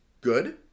good